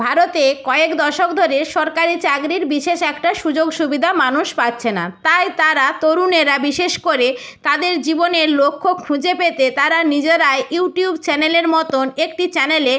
ভারতে কয়েক দশক ধরে সরকারি চাকরির বিশেষ একটা সুযোগ সুবিধা মানুষ পাচ্ছে না তাই তারা তরুণেরা বিশেষ করে তাদের জীবনের লক্ষ্য খুঁজে পেতে তারা নিজেরাই ইউটিউব চ্যানেলের মতন একটি চ্যানেলে